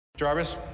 Jarvis